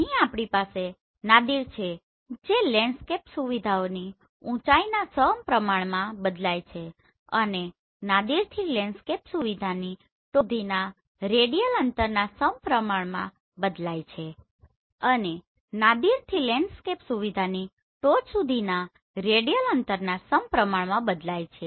અહીં આપણી પાસે નાદિર છે જે લેન્ડસ્કેપ સુવિધાઓની ઊચાઇના સમપ્રમાણ માં બદલાય છે અને નાદિરથી લેન્ડસ્કેપ સુવિધાની ટોચ સુધીના રેડિયલ અંતરના સમપ્રમાણમાં બદલાય છે